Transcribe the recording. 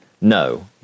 no